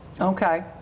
Okay